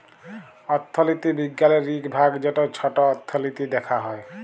অথ্থলিতি বিজ্ঞালের ইক ভাগ যেট ছট অথ্থলিতি দ্যাখা হ্যয়